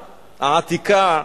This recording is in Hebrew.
העתיקה,